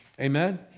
Amen